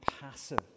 passive